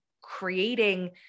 creating